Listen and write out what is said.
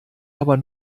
aber